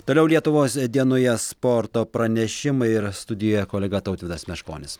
toliau lietuvos dienoje sporto pranešimai yra studijoje kolega tautvydas meškonis